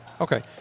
Okay